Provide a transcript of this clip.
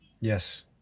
Yes